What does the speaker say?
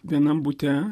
vienam bute